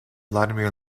vladimir